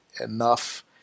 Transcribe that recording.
enough